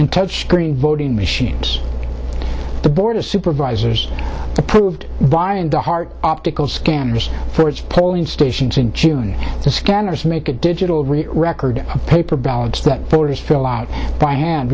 and touch screen voting machines the board of supervisors approved via the hart optical scanners for its polling stations in june the scanners make a digital record of paper ballots that voters fill out by hand